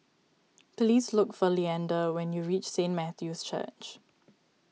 please look for Leander when you reach Saint Matthew's Church